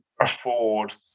afford